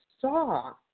saw